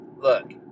look